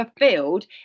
fulfilled